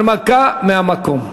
הנמקה מהמקום.